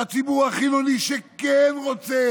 הציבור החילוני שכן רוצה